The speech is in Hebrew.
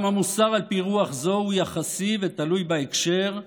גם המוסר, על פי רוח זו, הוא יחסי ותלוי בהקשר,